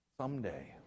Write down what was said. someday